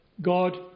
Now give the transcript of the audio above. God